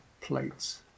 plates